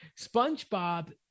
SpongeBob